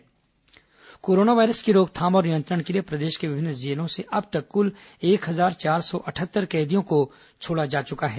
corona कैदी रिहा coronavirus की रोकथाम और नियंत्रण के लिए प्रदेश के विभिन्न जेलों से अब तक कुल एक हजार चार सौ अटठहत्तर कैदियों को छोड़ा जा चुका है